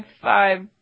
five